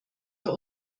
wir